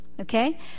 okay